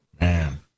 Man